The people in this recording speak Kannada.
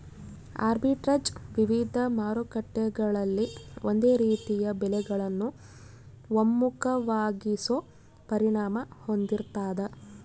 ಆರ್ಬಿಟ್ರೇಜ್ ವಿವಿಧ ಮಾರುಕಟ್ಟೆಗಳಲ್ಲಿ ಒಂದೇ ರೀತಿಯ ಬೆಲೆಗಳನ್ನು ಒಮ್ಮುಖವಾಗಿಸೋ ಪರಿಣಾಮ ಹೊಂದಿರ್ತಾದ